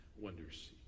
wonders